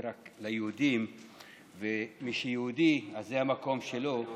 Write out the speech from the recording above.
רק ליהודים ומי שיהודי אז זה המקום שלו,